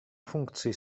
функции